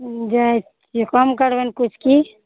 उँ जाए छिए कम करबै ने किछु कि